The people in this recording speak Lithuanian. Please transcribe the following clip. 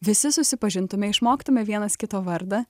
visi susipažintume išmoktume vienas kito vardą